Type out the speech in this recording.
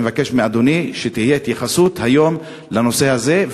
ואני מבקש מאדוני שתהיה התייחסות היום לנושא הזה,